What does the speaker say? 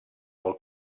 del